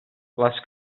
les